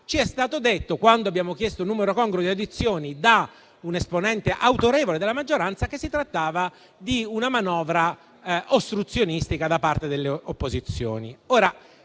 complessità e, quando abbiamo chiesto un numero congruo di audizioni, ci è stato detto da un esponente autorevole della maggioranza che si trattava di una manovra ostruzionistica da parte delle opposizioni.